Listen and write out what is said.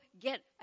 get